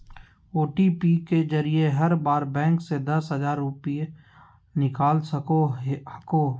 OTP के जरिए हर बार बैंक से दस हजार रुपए निकाल सको हखो